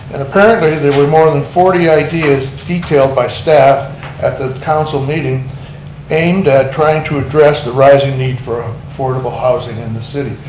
and apparently there were more than forty ideas detailed by staff at the council meeting aimed at trying to address the rising need for affordable housing in the city.